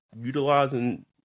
utilizing